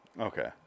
Okay